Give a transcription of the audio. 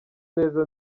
neza